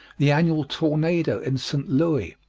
the annual tornado in st. louis,